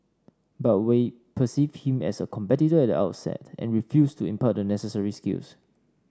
but Wei perceived him as a competitor at the outset and refused to impart the necessary skills